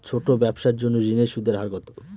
ছোট ব্যবসার জন্য ঋণের সুদের হার কত?